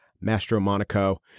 Mastro-Monaco